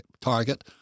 target